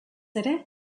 ere